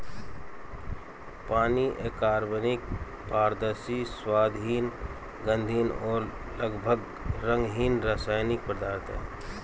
पानी अकार्बनिक, पारदर्शी, स्वादहीन, गंधहीन और लगभग रंगहीन रासायनिक पदार्थ है